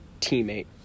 teammate